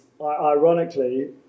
ironically